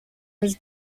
his